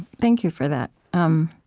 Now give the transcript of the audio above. thank you for that. um